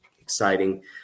exciting